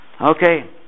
Okay